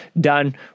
done